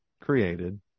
created